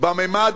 בממד